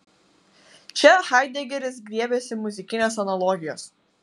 čia haidegeris griebiasi muzikinės analogijos